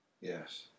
Yes